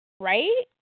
Right